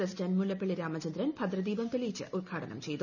president Mullappally Ramachandran ഭദ്രദീപം തെളിച്ച് ഉദ്ഘാടനം ചെയ്തു